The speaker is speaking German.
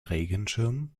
regenschirm